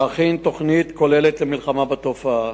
להכין תוכנית כוללת למלחמה בתופעה.